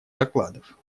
докладов